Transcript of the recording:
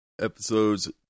Episodes